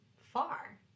far